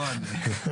לא אני.